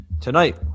tonight